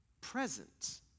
present